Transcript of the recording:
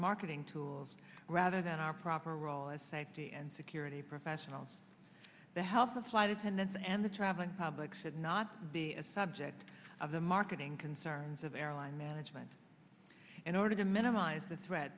marketing tools rather than our proper role as safety and security professionals the health of flight attendants and the traveling public should not be a subject of the marketing concerns of airline management in order to minimize the threat